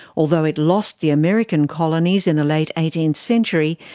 although it lost the american colonies in the late eighteenth century,